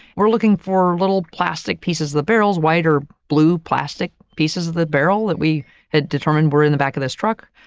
we're looking for little plastic pieces of the barrels white or blue plastic pieces of the barrel that we had determined were in the back of this truck,